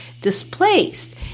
displaced